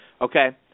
okay